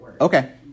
Okay